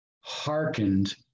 hearkened